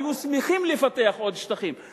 היו שמחים לפתח עוד שטחים,